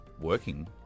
working